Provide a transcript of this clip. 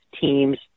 teams